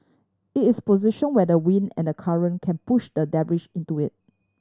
it is position where the wind and the current can push the debris into it